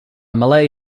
melee